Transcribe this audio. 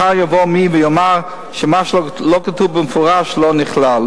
מחר יבוא מישהו ויאמר שמה שלא כתוב במפורש לא נכלל.